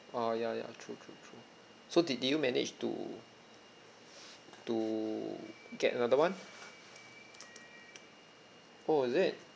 orh ya ya true true true so did did you manage to to get another one oh is it